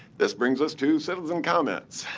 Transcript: this brings us to citizen comments.